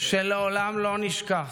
שלעולם לא נשכח,